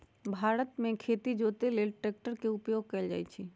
भारत मे खेती जोते लेल ट्रैक्टर के उपयोग कएल जाइ छइ